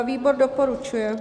Výbor doporučuje.